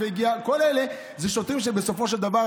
כל אלה הם שוטרים שבסופו של דבר,